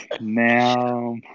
now